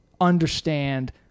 understand